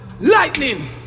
Lightning